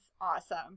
awesome